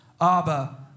Abba